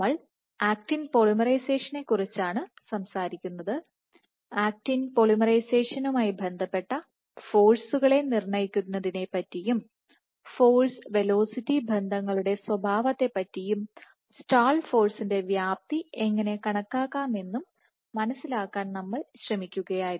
നമ്മൾ ആക്റ്റിൻ പോളിമറൈസേഷനെക്കുറിച്ചാണ് സംസാരിക്കുന്നത് ആക്റ്റിൻ പോളിമറൈസേഷനുമായി ബന്ധപ്പെട്ട ഫോഴ്സുകളെ Forces നിർണയിക്കുന്നതിനെ പറ്റിയും ഫോഴ്സ് വെലോസിറ്റി ബന്ധങ്ങളുടെ സ്വഭാവത്തെയും സ്റ്റാൾ ഫോഴ്സിന്റെ വ്യാപ്തി എങ്ങനെ കണക്കാക്കാമെന്നും മനസിലാക്കാൻ നമ്മൾ ശ്രമിക്കുകയായിരുന്നു